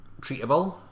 treatable